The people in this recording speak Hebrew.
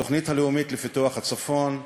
התוכנית הלאומית לפיתוח הצפון,